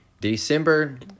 December